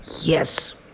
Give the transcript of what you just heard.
Yes